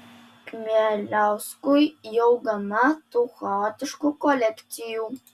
kmieliauskui jau gana tų chaotiškų kolekcijų